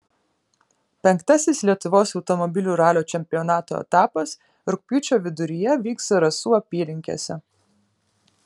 penktasis lietuvos automobilių ralio čempionato etapas rugpjūčio viduryje vyks zarasų apylinkėse